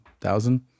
thousand